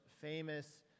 famous